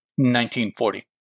1940